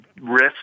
risk